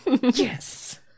Yes